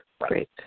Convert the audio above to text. Great